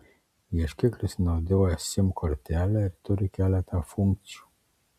ieškiklis naudoja sim kortelę ir turi keletą funkcijų